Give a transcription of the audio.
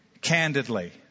candidly